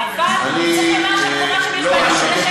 אין לי ספק,